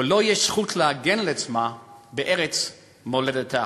ויש לו זכות להגן על עצמו בארץ מולדתו.